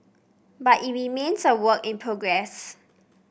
but it remains a work in progress